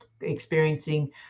experiencing